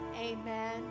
amen